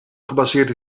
gebaseerd